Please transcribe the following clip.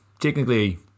technically